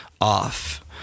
off